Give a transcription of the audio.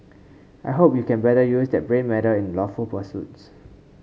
I hope you can better use that brain matter in lawful pursuits